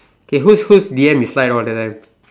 okay whose whose D_M you slide all the time